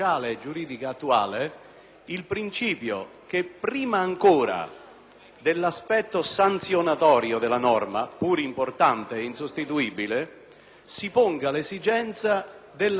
dell'aspetto sanzionatorio della norma, pur importante e insostituibile, si ponga l'esigenza della riparazione o del ristoro del danno, del suo risarcimento.